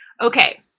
Okay